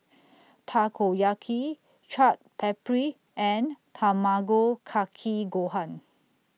Takoyaki Chaat Papri and Tamago Kake Gohan